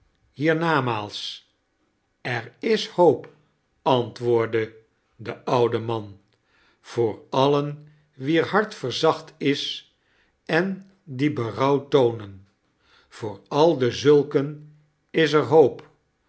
voor mij hierer is hoop antwoordde de oude man voor alien wier hart verzacht is en die berouw toonen voor al dezulken is er hoop